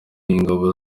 ingabo